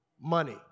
money